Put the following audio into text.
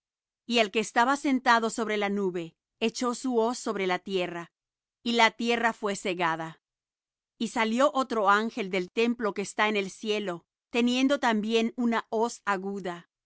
y el que estaba sentado sobre la nube echó su hoz sobre la tierra y la tierra fué segada y salió otro ángel del templo que está en el cielo teniendo también una hoz aguda